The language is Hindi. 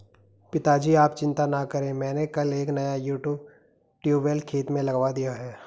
पिताजी आप चिंता ना करें मैंने कल एक नया ट्यूबवेल खेत में लगवा दिया है